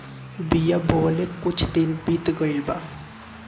बिया बोवले कुछ दिन बीत गइल बा